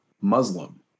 Muslim